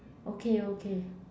okay okay